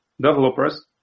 developers